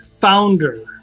founder